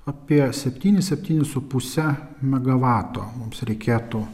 apie septynis septynis su puse megavato mums reketo